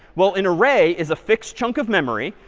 well, an array is a fixed chunk of memory.